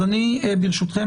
אז ברשותכם,